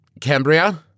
Cambria